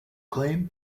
claim